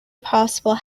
possible